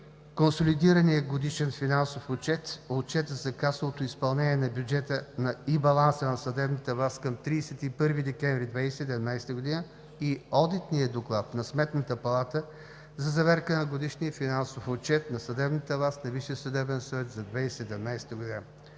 консолидирания Годишен финансов отчет, Отчета за касовото изпълнение на бюджета и баланса на съдебната власт към 31 декември 2017 г. и Одитния доклад на Сметната палата за заверка на Годишния финансов отчет на съдебната власт и Висшия съдебен съвет за 2017 г.